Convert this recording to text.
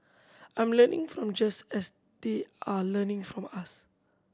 I am learning from just as they are learning from us